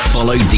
Follow